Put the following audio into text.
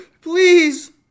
please